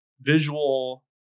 visual